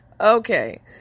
okay